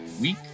week